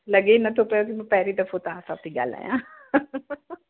लॻे न थो पयो की मां पहिरीं दफ़ो तव्हां सां थी ॻाल्हायां